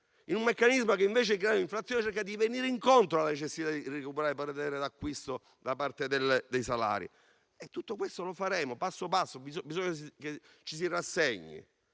in un meccanismo che, invece di creare inflazione, cerca di andare incontro alla necessità di recuperare potere d'acquisto da parte dei salari. Tutto questo lo faremo passo passo, bisogna che ci si rassegni;